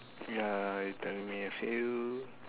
ya tell me a few